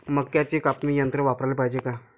मक्क्याचं कापनी यंत्र वापराले पायजे का?